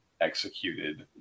executed